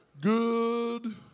good